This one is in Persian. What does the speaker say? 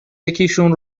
یکیشون